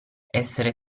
essere